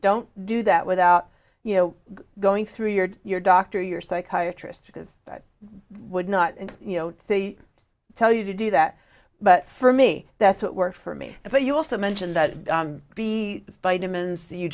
don't do that without you know going through your your doctor your psychiatrist because that would not and you know to tell you to do that but for me that's what works for me but you also mentioned that to be a vitamin